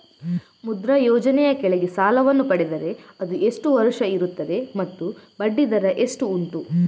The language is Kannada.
ಮುದ್ರಾ ಯೋಜನೆ ಯ ಕೆಳಗೆ ಸಾಲ ವನ್ನು ಪಡೆದರೆ ಅದು ಎಷ್ಟು ವರುಷ ಇರುತ್ತದೆ ಮತ್ತು ಬಡ್ಡಿ ದರ ಎಷ್ಟು ಉಂಟು?